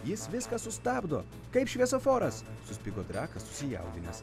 jis viską sustabdo kaip šviesoforas suspigo drakas susijaudinęs